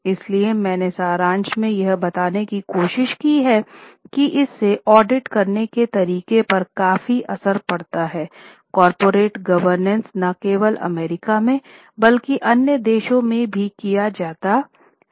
इसलिए मैंने सारांश में यह बताने की कोशिश की है कि इससे ऑडिट करने के तरीके पर काफी असर पड़ा है कॉरपोरेट गवर्नेंस न केवल अमेरिका में बल्कि अन्य देशों में भी किया जाता है